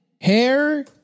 hair